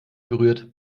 berührt